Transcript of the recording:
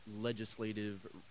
legislative